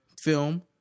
film